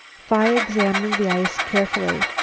phi examined the ice carefully.